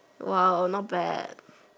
!wow! not bad